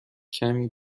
کمی